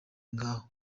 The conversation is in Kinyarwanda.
ngaho